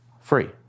Free